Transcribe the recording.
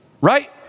right